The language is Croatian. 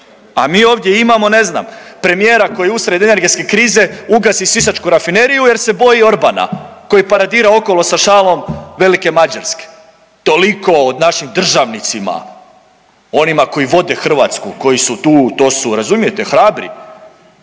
A mi ovdje imamo ne znam premijera koji usred energetske krize ugasi sisačku rafineriju jer se boji Orbana koji paradira okolo sa šalom velike Mađarske. Toliko o našim državnicima, onima koji vode Hrvatsku, koji su tu, to su razumijete hrabri